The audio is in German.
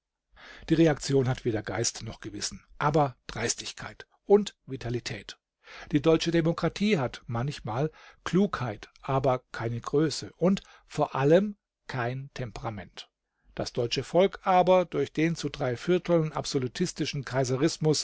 die reaktion hat weder geist noch gewissen aber dreistigkeit und vitalität die deutsche demokratie hat manchmal klugheit aber keine größe und vor allem kein temperament das deutsche volk aber durch den zu dreivierteln